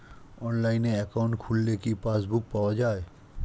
অনলাইনে একাউন্ট খুললে কি পাসবুক পাওয়া যায়?